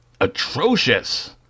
atrocious